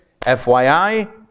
FYI